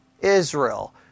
Israel